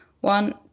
one